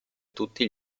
tutti